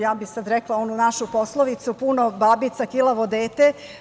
Ja bih sada rekla onu našu poslovicu – puno babica, kilavo dete.